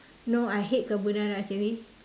no I hate carbonara actually